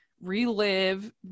relive